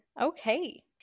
okay